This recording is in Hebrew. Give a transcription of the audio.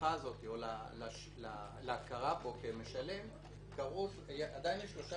להנחה הזאת או להכרה בו כמשלם; יש שלושה